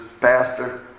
Pastor